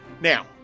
Now